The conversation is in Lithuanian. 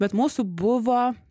bet mūsų buvo